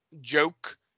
joke